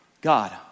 God